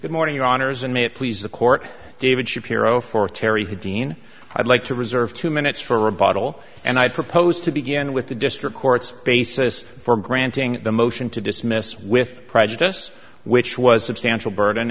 good morning your honour's and may it please the court david shapiro for terry who dean i'd like to reserve two minutes for a bottle and i propose to begin with the district court's basis for granting the motion to dismiss with prejudice which was substantial burden